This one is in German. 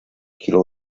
kilo